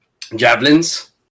javelins